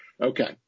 Okay